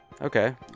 Okay